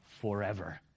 forever